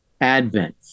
Advent